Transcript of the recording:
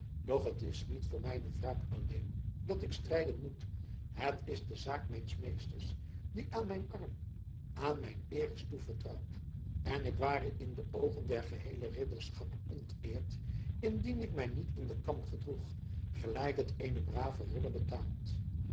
doch het is niet voor mijne wraak alleen dat ik strijden moet het is de zaak mijns meesters die aan mijn arm aan mijn eer is toevertrouwd en ik ware in de oogen der geheele ridderschap onteerd indien ik mij niet in den kamp gedroeg gelijk het eenen braven ridder betaamt